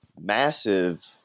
Massive